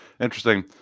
interesting